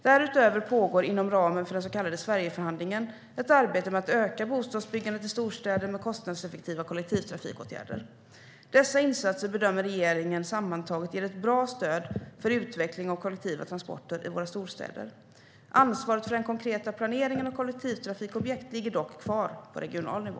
Därutöver pågår inom ramen för den så kallade Sverigeförhandlingen ett arbete med att öka bostadsbyggandet i storstäder med kostnadseffektiva kollektivtrafikåtgärder. Dessa insatser bedömer regeringen sammantaget ger ett bra stöd för utveckling av kollektiva transporter i våra storstäder. Ansvaret för den konkreta planeringen av kollektivtrafikobjekt ligger dock kvar på regional nivå.